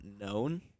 known